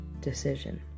decision